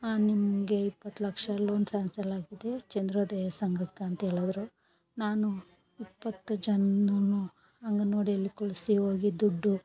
ಹಾಂ ನಿಮಗೆ ಇಪ್ಪತ್ತು ಲಕ್ಷ ಲೋನ್ ಸ್ಯಾಂಕ್ಷಲ್ ಆಗಿದೆ ಚಂದ್ರೋದಯ ಸಂಘಕಂತೇಳದ್ರು ನಾನು ಇಪ್ಪತ್ತು ಜನಾನು ಅಂಗನವಾಡಿಯಲ್ಲಿ ಕುಳ್ಸಿ ಹೋಗಿ ದುಡ್ಡು